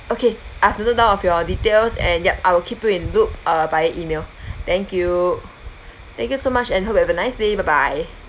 okay I've noted down of your details and yup I will keep you in loop uh via email thank you thank you so much and hope you have a nice day bye bye